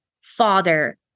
father